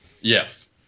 Yes